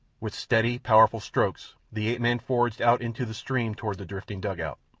with steady, powerful strokes the ape-man forged out into the stream toward the drifting dugout.